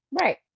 right